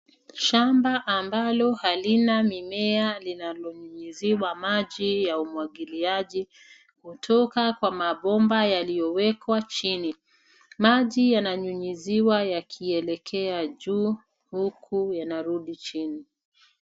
Shamba ambalo halina mimea linalonyunyiziwa maji ya umwagiliaji hutoka kwa mabomba yaliyowekwa chini. Maji yananyunyiziwa yakielekea juu huku yanarudi chini.